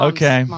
Okay